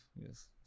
Yes